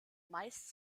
meist